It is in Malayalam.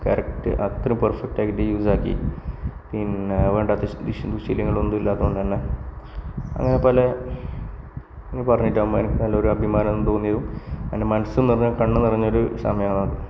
കറക്റ്റ് അത്ര പെർഫെക്റ്റ് ആയിട്ട് യൂസ് ആക്കി പിന്നെ വേണ്ടാത്ത ദുശി ദുശീലങ്ങളൊന്നും ഇല്ലാത്തത് കൊണ്ട് തന്നെ അതേപോലെ എന്ന് പറഞ്ഞിട്ട് നമുക്ക് ഒര് അഭിമാനം തോന്നിയതും എൻറെ മനസ്സ് നിറഞ്ഞും കണ്ണ് നിറഞ്ഞും ഒര് സമയമാണ് അത്